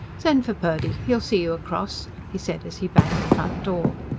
send for purdy. he'll see you across, he said as he banged the front door.